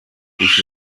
ich